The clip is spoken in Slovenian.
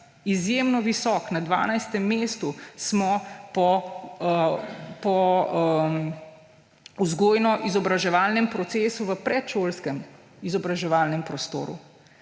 izjemno visok. Na 12 mestu smo po vzgojno-izobraževalnem procesu v predšolskem izobraževalnem prostoru.